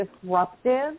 disruptive